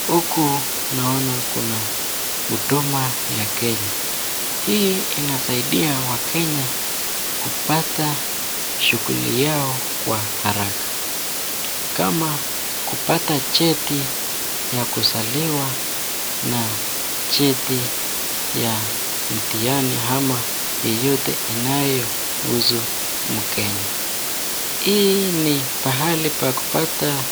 Huku naona kuna huduma ya Kenya. Hii inasaidia wakenya kupata shuduli yao kwa haraka kama kupata cheti ya kuzaliwa na cheti ya mtihani ama yeyote inayohusu mkenya. Hii ni pahali pa kupata